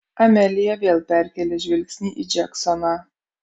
amelija vėl perkėlė žvilgsnį į džeksoną